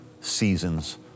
seasons